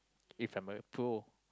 if I'm a pro